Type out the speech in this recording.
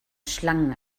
schlangen